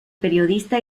periodista